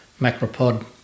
macropod